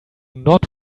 not